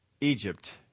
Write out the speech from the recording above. Egypt